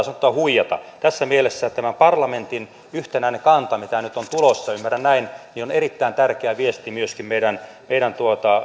sanottuna huijata tässä mielessä tämän parlamentin yhtenäinen kanta mikä nyt on tulossa ymmärrän näin on erittäin tärkeä viesti myöskin meidän meidän